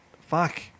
Fuck